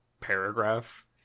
paragraph